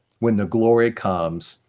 when the glory comes,